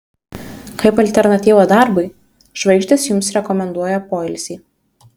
kaip alternatyvą darbui žvaigždės jums rekomenduoja poilsį